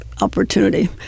opportunity